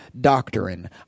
doctrine